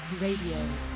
RADIO